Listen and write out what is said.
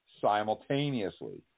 simultaneously